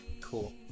Cool